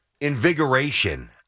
invigoration